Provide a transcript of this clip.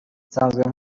nsanzwe